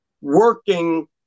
working